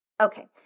Okay